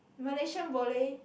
Malaysia boleh